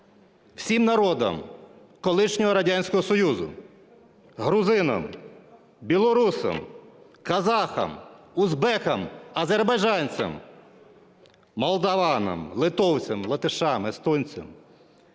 всім народам колишнього Радянського Союзу: грузинам, білорусам, казахам, узбекам, азербайджанцям, молдаванам, литовцям, латишам, естонцям.